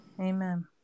Amen